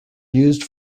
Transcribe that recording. used